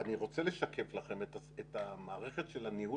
אני רוצה לשקף לכם את המערכת של ניהול